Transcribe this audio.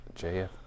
JFK